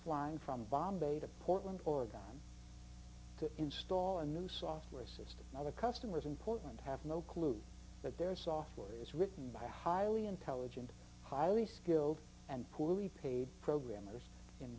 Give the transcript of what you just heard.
flying from bombay to portland oregon to install a new software system now the customers in portland have no clue that their software is written by highly intelligent highly skilled and poorly paid programmers in